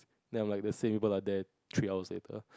then I'm like the same people are there three hours later